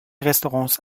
restaurants